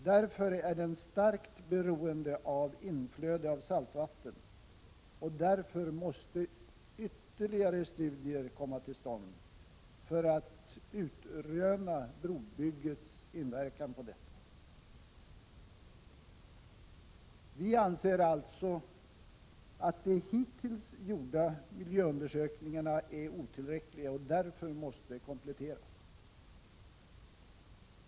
Därför är den starkt beroende av inflöde av saltvatten, och därför måste ytterligare studier komma till stånd 43 för att utröna brobyggets inverkan. Vi anser alltså att de hittills gjorda miljöundersökningarna är otillräckliga och därför måste kompletteras.